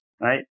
right